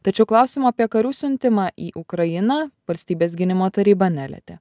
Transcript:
tačiau klausimo apie karių siuntimą į ukrainą valstybės gynimo taryba nelietė